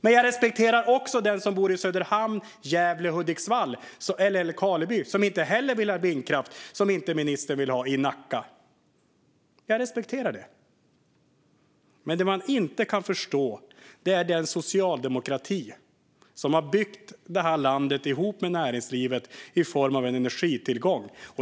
Men jag respekterar också den som bor i Söderhamn, Gävle, Hudiksvall eller Älvkarleby som inte heller vill ha den vindkraft som ministern inte vill ha i Nacka. Jag respekterar det. Det jag inte kan förstå är den socialdemokrati som har byggt det här landet ihop med näringslivet i form av energitillgång.